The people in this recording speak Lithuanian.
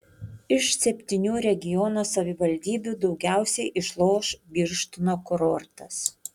iš septynių regiono savivaldybių daugiausiai išloš birštono kurortas